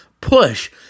push